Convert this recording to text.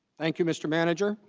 thank you mr. manager